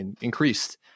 increased